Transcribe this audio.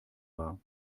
war